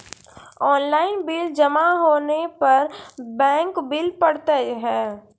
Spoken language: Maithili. ऑनलाइन बिल जमा होने पर बैंक बिल पड़तैत हैं?